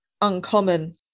uncommon